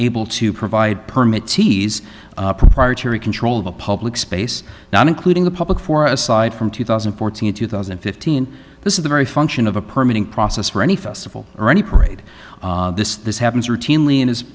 able to provide permit sees proprietary control of a public space not including the public for aside from two thousand and fourteen two thousand and fifteen this is a very function of a permit in process for any festival or any parade this happens routinely and is